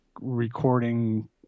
recording